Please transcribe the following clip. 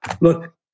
Look